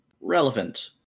relevant